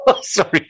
Sorry